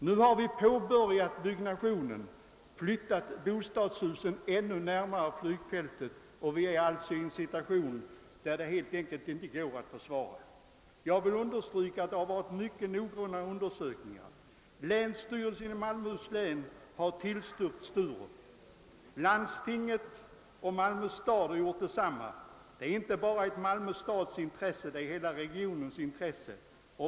Nu har vi påbörjat byggnationen, flyttat bostadshusen ännu närmare flygfältet, och vi är alltså nu i en situation som helt enkelt är omöjlig att försvara. Jag vill understryka att det har verkställts mycket noggranna undersökningar. Länsstyrelsen i Malmöhus län har tillstyrkt flygplatsens förläggning till Sturup, landstinget och Malmö stad har gjort detsamma. Det är inte bara ett intresse för Malmö stad utan för hela regionen.